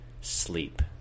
sleep